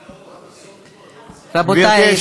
רבותי,